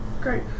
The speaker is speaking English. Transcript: Great